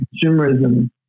consumerism